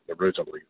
originally